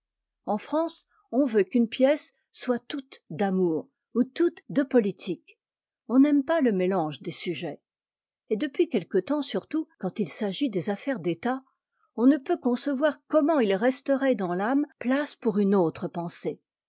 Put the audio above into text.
en france on veut qu'une pièce soit toute d'amour ou toute de politique on n'aime pas le mélange des sujets et depuis quelque temps surtout quand il s'agit des affaires d'état on ne peut concevoir comment il resterait dans l'âme place pour une autre pensée